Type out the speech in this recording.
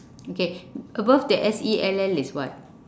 okay above the S E L L is what